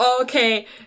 okay